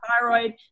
thyroid